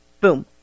boom